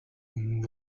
nous